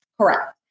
Correct